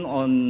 on